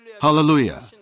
Hallelujah